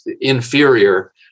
inferior